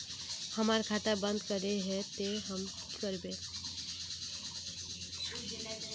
हमर खाता बंद करे के है ते हम की करबे?